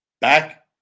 Back